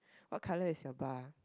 what colour is your bar